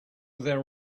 there